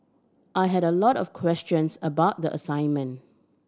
I had a lot of questions about the assignment